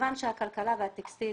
מכיוון שהכלכלה והטקסטיל,